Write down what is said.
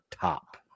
top